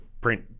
print